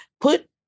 put